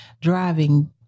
driving